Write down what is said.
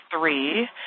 three